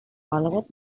followed